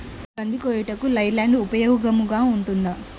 కంది కోయుటకు లై ల్యాండ్ ఉపయోగముగా ఉంటుందా?